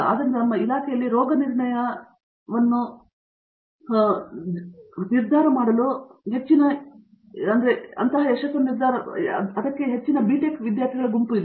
ಆದ್ದರಿಂದ ನಮ್ಮ ಇಲಾಖೆಯಲ್ಲಿ ರೋಗನಿರ್ಣಯದ ಮಕ್ಕಳು ಮತ್ತು ಹೆಚ್ಚಿನ ಯಶಸ್ಸಿನ ಅಂಗಡಿಯು ಬಿಟೆಕ್ ಗುಂಪಿನಿಂದ ಬಂದಿದೆ